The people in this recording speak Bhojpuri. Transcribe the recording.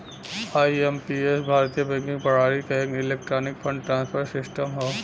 आई.एम.पी.एस भारतीय बैंकिंग प्रणाली क एक इलेक्ट्रॉनिक फंड ट्रांसफर सिस्टम हौ